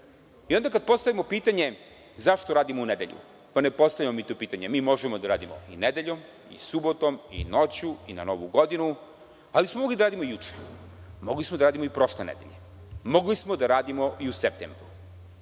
onda kada postavimo pitanje – zašto radimo u nedelju? Ne postavljamo mi to pitanje, mi možemo da radimo i nedeljom, i subotom, i noću, i na Novu godinu, ali smo mogli da radimo i juče, mogli smo da radimo i prošle nedelje, mogli smo da radimo i u septembru.